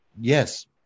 yes